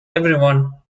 everyone